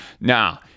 Now